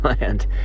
land